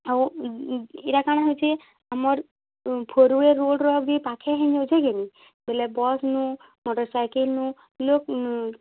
ଆଉ ଇଟା କାଣା ହଉଛେ ଆମର୍ ଫୋର୍ ୱେ ରୋଡ଼୍ର ବି ପାଖେ ହେଇଯାଉଛେ କି ନାଇଁ ବେଲେ ବସ୍ନୁ ମଟର୍ସାଇକେଲ୍ନୁ ଲୋକ୍